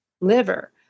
liver